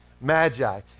magi